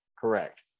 Correct